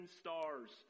stars